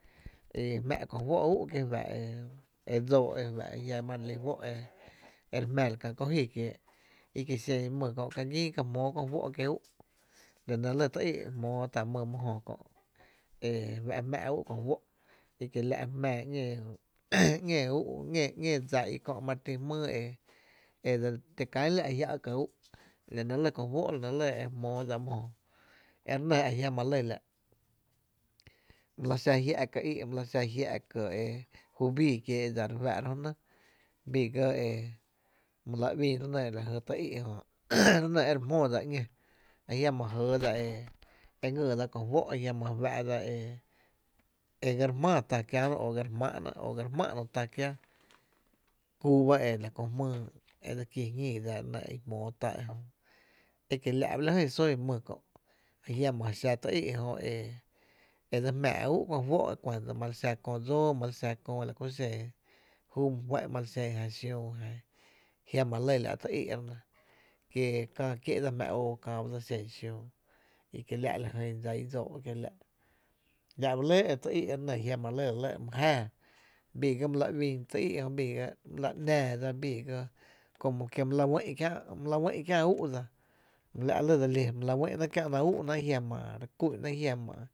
e jmⱥ’ ko juó’ ú’ ki fa’ e dsóo’ e fá’ e jia’ re lí fó’ e re jmⱥⱥ la kä kó jí kiee’ i kie’ xen mý kö’ ka gín ka jmóo ko juó’ kié’ ú’ la nɇ lɇ tý í’ e jmóo tá’ my my jö kö’ e fa’ jmá’ ú’ ko juó’, e kie la’ jmⱥⱥ ‘ñee ñée dsa i kö’ ma re ti jmýy e ti kán la’ jia’ ka ú’ la nɇ lɇ e jmóo dsa my jö e re nɇ a jiama’ lɇ la’ my la xa jia’ ká’ í’ my la za jiá’ ka’ júu bii kiee’ dsa re fá’ra jö nɇ bii ga e my la uí’ re nɇ la jy tý í’ jö re nɇ ma re jmoo dsa ‘ñó a jiama’ jɇɇ dsa e re ngýy dsa kó juó’ ajiama fá’ dsa ee ga re jjmáa tá kiäno o ga re jmá’no tá kiáá, kuu ba e la köö jmýy e dse kí jñíi dsa i jmóo tá re nɇ e kiela’ ba la jyn sún my kö, a jiama xa tý í’ jö e e dse jmⱥ’ ú’ kó juó’ e ma li xa köö dsóó e ma li xen jan xiüü la kú my fá’n ajiam lɇ la’ tú í’ re nɇ kie e Kää kié’ dsa jmⱥⱥ oo ba dsa la xen xiüü e kiela’ lajyn dsa i dsóo’ kiela’ la’ ba lɇ e tý í’ re nɇ a jiama lɇ e la lɇ my jáa bii ga my la uín tý í’ jö bii ga my la ‘nⱥⱥ bii ga como que my la uï’ kiä’ my la uï’ kiä’ ú’ dsa la’ lɇ dse li, my la uï’ náá’ kiä’ náá’ ú’náá’ jia’ma re kú’náá’ jiama’.